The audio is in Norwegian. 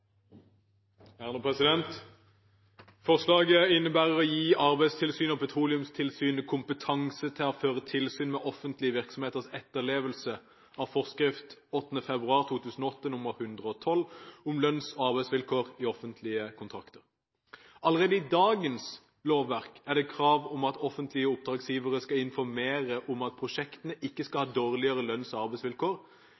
Forslaget innebærer å gi Arbeidstilsynet og Petroleumstilsynet kompetanse til å føre tilsyn med offentlige virksomheters etterlevelse av forskrift 8. februar 2008 nr. 112 om lønns- og arbeidsvilkår i offentlige kontrakter. Allerede i dagens lovverk er det krav om at offentlige oppdragsgivere skal informere om at prosjektene ikke skal